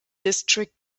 district